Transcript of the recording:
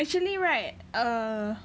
actually right err